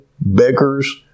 beggars